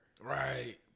Right